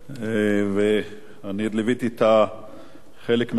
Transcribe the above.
אני ליוויתי חלק מהדיונים,